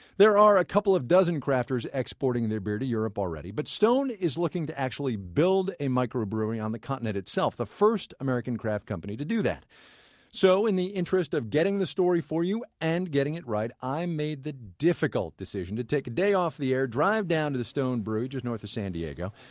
there are a couple of dozen crafters exporting their beer to europe already. but stone is looking to actually build a microbrewery on the continent itself the first american craft company to do that so in the interest of getting the story for you and getting it right, i made the difficult decision to take a day off the air, drive down to the stone brewing, just north of san diego,